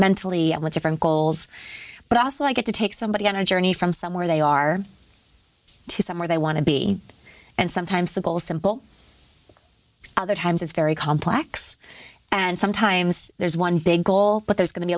mentally different goals but also i get to take somebody on a journey from somewhere they are to somewhere they want to be and sometimes the goal is simple other times it's very complex and sometimes there's one big goal but there's going to be